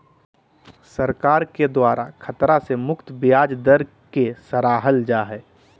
सरकार के द्वारा खतरा से मुक्त ब्याज दर के सराहल जा हइ